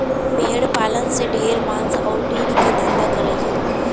भेड़ पालन से ढेर मांस आउर दूध के धंधा करल जाला